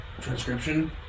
transcription